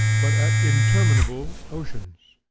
but at interminable oceans.